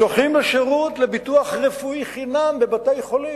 זוכים לביטוח רפואי חינם, לשירות בבתי-חולים.